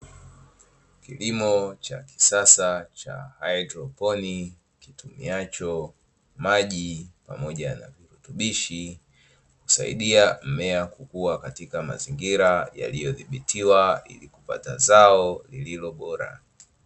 Kilimo cha kisasa cha haidroponi, kitumiacho maji pamoja na virutubishi, husaidia mmea kukua katika mazingira yaliyodhibitiwa ili kupata zao lililo bora.